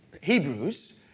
Hebrews